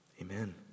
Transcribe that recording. Amen